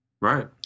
Right